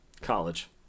College